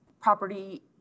property